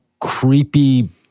creepy